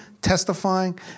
testifying